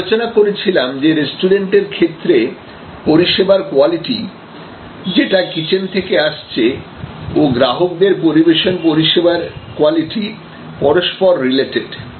আমরা আলোচনা করেছিলাম যে রেস্টুরেন্টের ক্ষেত্রে পরিষেবার কোয়ালিটি যেটা কিচেন থেকে আসছে ও গ্রাহকদের পরিবেশন পরিষেবার কোয়ালিটি পরস্পর রিলেটেড